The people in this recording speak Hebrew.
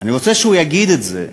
אני רוצה שהוא יגיד את זה,